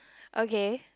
okay